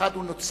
אחד הוא נוצרי,